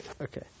Okay